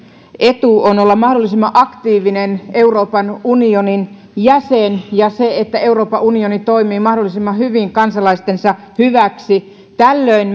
etu on olla mahdollisimman aktiivinen euroopan unionin jäsen ja että euroopan unioni toimii mahdollisimman hyvin kansalaistensa hyväksi tällöin